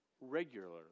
regularly